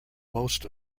most